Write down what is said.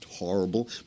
Horrible